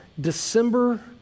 December